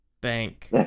bank